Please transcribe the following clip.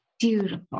Beautiful